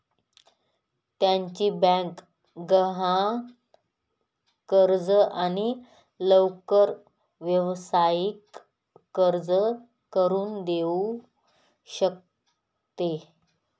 त्याची बँक गहाण कर्ज आणि लवकर व्यावसायिक कर्ज करून देऊ शकते